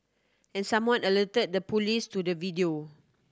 and someone alerted the police to the video